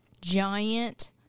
giant